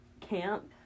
camp